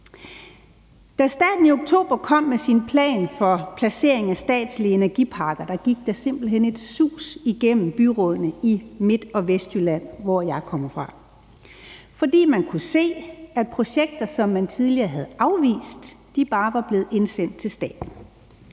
Da staten i oktober kom med sin plan for placering af statslige energiparker, gik der simpelt hen et sus igennem byråd i Midt- og Vestjylland, hvor jeg kommer fra. For man kunne se, at projekter, som man tidligere havde afvist, bare var blevet indsendt til staten,